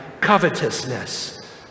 covetousness